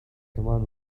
command